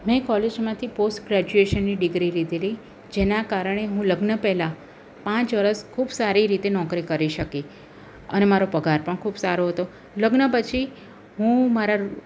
મેં કોલેજમાંથી પોસ્ટ ગ્રેજ્યુએશનની ડિગ્રી લીધેલી જેનાં કારણે હું લગ્ન પહેલાં પાંચ વર્ષ ખૂબ સારી રીતે નોકરી કરી શકી અને મારો પગાર પણ ખૂબ સારો હતો લગ્ન પછી હું મારા